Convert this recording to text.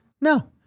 No